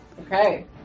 Okay